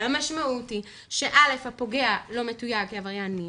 המשמעות היא שהפוגע לא מתויג כעבריין מין,